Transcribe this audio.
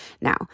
Now